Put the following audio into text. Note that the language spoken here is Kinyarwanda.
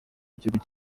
gihugu